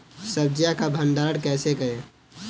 सब्जियों का भंडारण कैसे करें?